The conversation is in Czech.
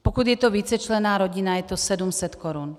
Pokud je to vícečlenná rodina, je to 700 korun.